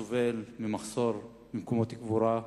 שסובל ממחסור במקומות קבורה.